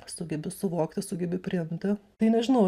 sugebi suvokti sugebi priimti tai nežinau